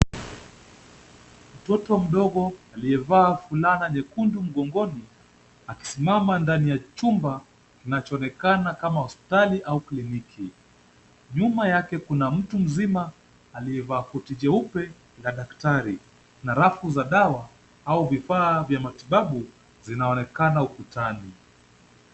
Mtoto mdogo aliyevaa fulana nyekundu mgongoni , amesimama ndani ya chumba, kinachoonekana kama hospitali au kliniki. Nyuma yake kuna mtu mzima aliyevaa koti jeupe la daktari na rafu za dawa au vifaa vya matibabu, zinaonekana ukutani.